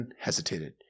hesitated